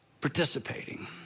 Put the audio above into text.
participating